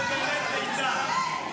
זה באמת ליצן.